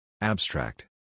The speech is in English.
Abstract